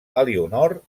elionor